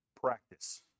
practice